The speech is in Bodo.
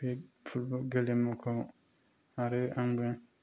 बे फुटबल गेलेमुखौ आरो आंबो